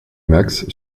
max